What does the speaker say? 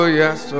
yes